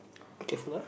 be careful ah